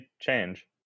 change